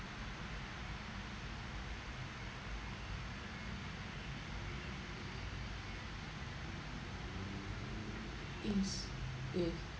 is